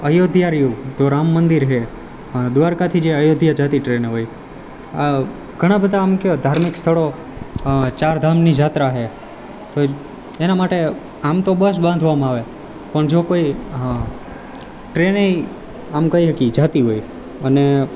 અયોધ્યા રહ્યું તો રામ મંદિર છે દ્વારકાથી જે અયોધ્યા જતી ટ્રેન હોય ઘણા બધા આમ કે ધાર્મિક સ્થળો ચાર ધામની જાત્રા છે તો એના માટે આમ તો બસ બાંધવામાં આવે પણ જો કોઈ ટ્રેનેય આમ કહી શકીએ જતી હોય અને